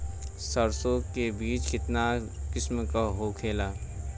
सरसो के बिज कितना किस्म के होखे ला?